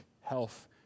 health